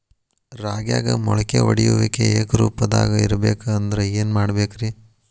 ರಾಗ್ಯಾಗ ಮೊಳಕೆ ಒಡೆಯುವಿಕೆ ಏಕರೂಪದಾಗ ಇರಬೇಕ ಅಂದ್ರ ಏನು ಮಾಡಬೇಕ್ರಿ?